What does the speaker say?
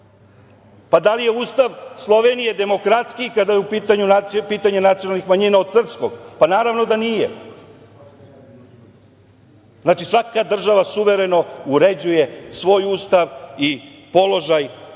Pa, da li je Ustav Slovenije demokratskiji kada je pitanje nacionalnih manjina od srpskog? Pa, naravno da nije. Znači, svaka država suvereno uređuje svoj Ustav i položaj i